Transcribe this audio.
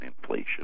inflation